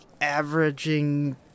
averaging